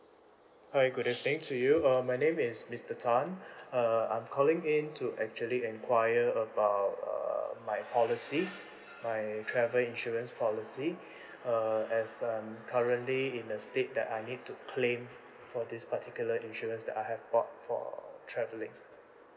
hi good evening to you err my name is mister tan uh I'm calling in to actually enquiry about err my policy my travel insurance policy uh as I'm currently in a state that I need to claim for this particular insurance that I have bought for travelling